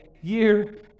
year